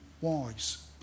wise